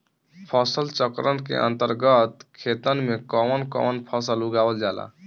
फसल चक्रण के अंतर्गत खेतन में कवन कवन फसल उगावल जाला?